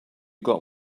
got